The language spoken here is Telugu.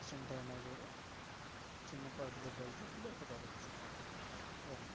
యాక్సిడెంట్ అయినా కూడా చిన్నపాటి దెబ్బలుతోటి బయటపడవచ్చు అదన్నమాట